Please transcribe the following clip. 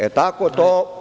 E tako to.